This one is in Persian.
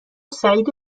سعید